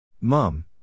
Mom